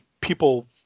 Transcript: people